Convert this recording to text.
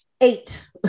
eight